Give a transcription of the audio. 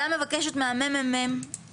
הוועדה מבקשת מהממ"מ